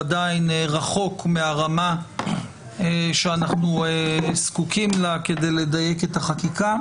עדיין רחוק מהרמה שאנחנו זקוקים לה כדי לדייק את החקיקה.